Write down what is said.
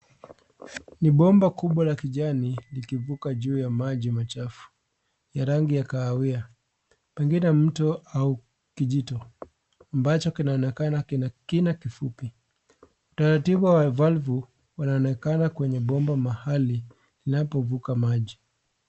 Ni bomba kubwa la kijani likivuka juu ya maji machafu ya rangi ya kahawia pengine mto au kijito ambacho kinaonekana kina kinakifupi utaratibu wa valvu unaonekana kwenye bomba mahali unapo vuka maji.